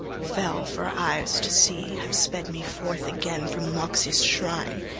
fell for eyes to see, have sped me forth again from loxias' shrine,